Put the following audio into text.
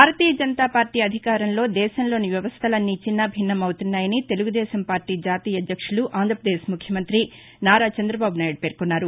భారతీయ జనతాపార్టీ అధికారంలో దేశంలోని వ్యవస్థలన్నీ చిన్నాభిన్నం అవుతున్నాయని తెలుగు దేశం పార్టీ జాతీయ అధ్యక్షులు ఆంధ్రప్రదేశ్ ముఖ్యమంత్రి నారా చందబాబు నాయుడు పేర్శొన్నారు